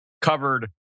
covered